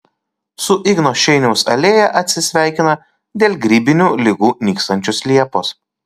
su igno šeiniaus alėja atsisveikina dėl grybinių ligų nykstančios liepos